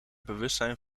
bewustzijn